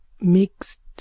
mixed